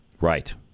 Right